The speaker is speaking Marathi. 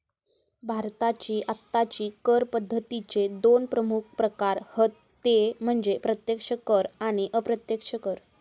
भारताची आत्ताची कर पद्दतीचे दोन प्रमुख प्रकार हत ते म्हणजे प्रत्यक्ष कर आणि अप्रत्यक्ष कर